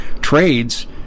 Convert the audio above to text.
trades